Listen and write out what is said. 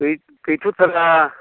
गै गैथ'थारा